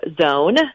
Zone